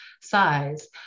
size